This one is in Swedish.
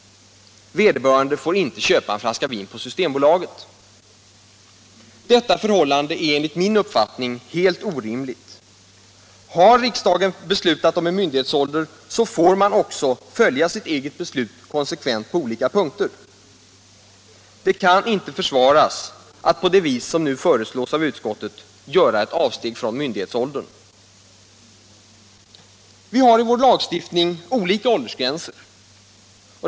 Vederbörande får inte köpa en flaska vin på systembolaget. Detta förhållande är enligt min uppfattning helt orimligt. Har riksdagen beslutat om en myndighetsålder får man också följa sitt eget beslut konsekvent på olika punkter. Det kan inte försvaras att på det vis som nu föreslås av utskottet göra ett avsteg från myndighetsåldern. Vi har i vår lagstiftning olika åldersgränser.